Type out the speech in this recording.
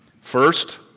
First